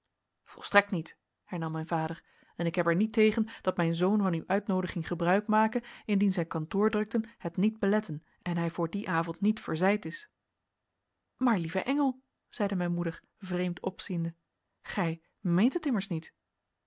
volstrekt niet hernam mijn vader en ik heb er niet tegen dat mijn zoon van uw uitnoodiging gebruik make indien zijn kantoordrukten het niet beletten en hij voor dien avond niet verzeid is maar lieve engel zeide mijn moeder vreemd opziende gij meent het immers niet